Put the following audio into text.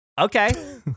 Okay